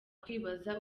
kwibaza